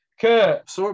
Kurt